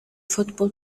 football